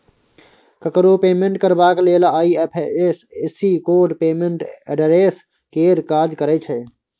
ककरो पेमेंट करबाक लेल आइ.एफ.एस.सी कोड पेमेंट एड्रेस केर काज करय छै